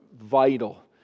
vital